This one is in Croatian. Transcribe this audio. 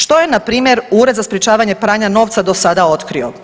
Što je npr. Ured za sprječavanje pranja novca do sada otkrio?